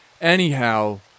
Anyhow